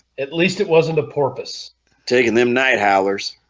at least it wasn't a porpoise taking them night howlers